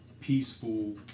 peaceful